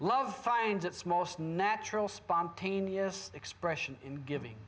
love finds its most natural spontaneous expression in giving